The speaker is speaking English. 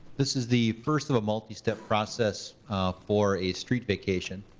this is the first of a multi-step process for a street vacation.